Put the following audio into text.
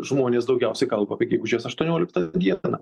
žmonės daugiausiai kalba apie gegužės aštuonioliktą dieną